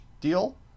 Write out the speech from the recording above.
deal